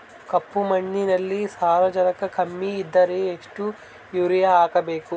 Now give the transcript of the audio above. ಕಪ್ಪು ಮಣ್ಣಿನಲ್ಲಿ ಸಾರಜನಕ ಕಮ್ಮಿ ಇದ್ದರೆ ಎಷ್ಟು ಯೂರಿಯಾ ಹಾಕಬೇಕು?